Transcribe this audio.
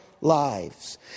lives